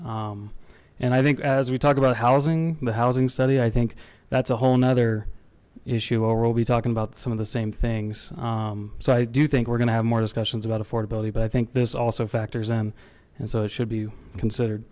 consider and i think as we talk about housing the housing study i think that's a whole nother issue or we'll be talking about some of the same things so i do think we're going to have more discussions about affordability but i think this also factors in and so should be considered